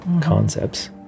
concepts